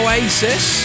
Oasis